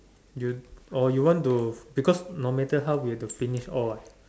you or you want to because no matter how we have to finish all what